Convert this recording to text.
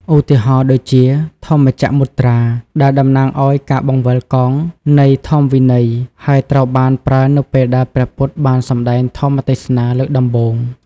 ឧទាហរណ៍ ដូចជា ធម្មចក្រមុទ្រា ដែលតំណាងឱ្យការបង្វិលកង់នៃធម្មវិន័យ ហើយត្រូវបានប្រើនៅពេលដែលព្រះពុទ្ធបានសំដែងធម្មទេសនាលើកដំបូង។